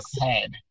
head